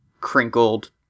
crinkled